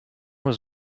was